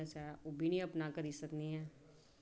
business ऐ ते ओह्बी निं अपना करी सकने आं